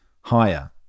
higher